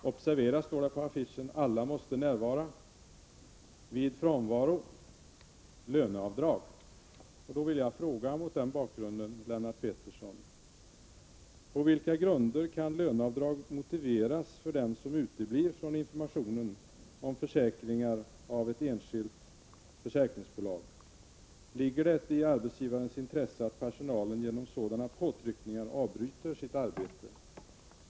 Observera, stod det på affischen, alla måste närvara. Vid frånvaro —-löneavdrag. Mot den bakgrunden vill jag fråga Lennart Pettersson: På vilka grunder kan löneavdrag motiveras för dem som uteblir från informationen om försäkringar av ett enskilt försäkringsbolag? Ligger det i arbetsgivarens intresse att personalen genom sådana påtryckningar avbryter sitt arbete?